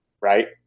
right